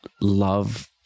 love